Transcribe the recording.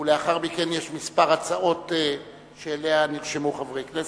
לאחר מכן יש כמה הצעות שאליהן נרשמו חברי כנסת,